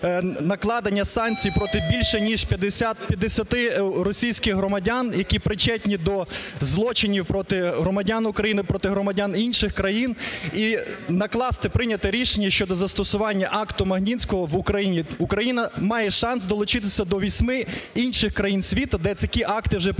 накладення санкцій проти більше ніж п'ятдесяти російських громадян, які причетні до злочинів проти громадян України, проти громадян інших країн, і накласти, прийняти рішення щодо застосування "акту Магнітського" в Україні. Україна має шанс долучитися до восьми інших країн світу, де такі акти вже прийняті.